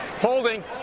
Holding